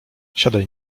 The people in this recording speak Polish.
siadaj